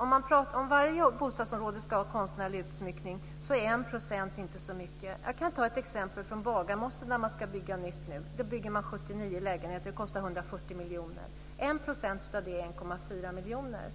Man pratar om 1 %. Om varje bostadsområde ska ha konstnärlig utsmyckning är 1 % inte så mycket. Jag kan ta ett exempel från Bagarmossen, där man ska bygga nytt nu. Man bygger 79 lägenheter. Det kostar 140 miljoner, och 1 % av det är 1,4 miljoner.